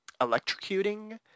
electrocuting